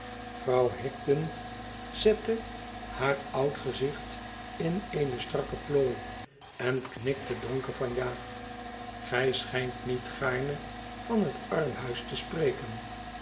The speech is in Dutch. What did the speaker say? vrouw higden zette haar oud gezicht in eene strakke plooi en knikte donker van ja gij schijnt niet gaarne van het armhuis te spreken